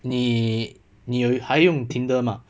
你你有还用 Tinder mah